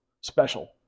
special